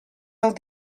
del